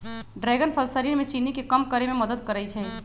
dragon फल शरीर में चीनी के कम करे में मदद करई छई